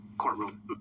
courtroom